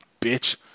bitch